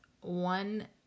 one